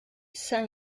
sain